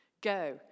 Go